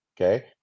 Okay